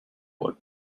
what